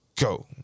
go